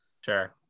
sure